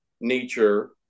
nature